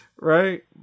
right